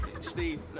Steve